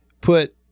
put